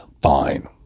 fine